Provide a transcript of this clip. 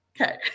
Okay